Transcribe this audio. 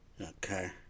Okay